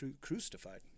Crucified